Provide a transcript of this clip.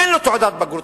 אין להם תעודת בגרות.